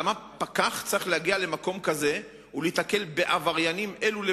למה פקח צריך להגיע למקום כזה ולהיתקל בעבריינים אלו לבדו?